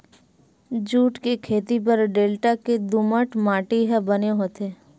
jute के खेती बर डेल्टा के दुमट माटी ह बने होथे